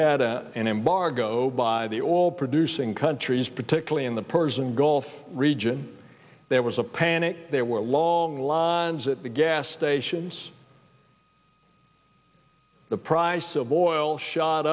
had a an embargo by the oil producing countries particularly in the persian gulf region there was a panic there were long lines at the gas stations the price of oil shot